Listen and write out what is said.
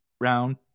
round